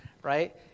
right